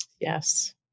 Yes